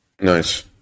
Nice